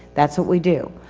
that's what we do.